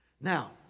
Now